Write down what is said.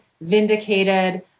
vindicated